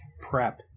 prep